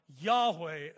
Yahweh